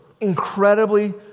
incredibly